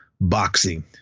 boxing